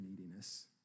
neediness